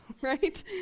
right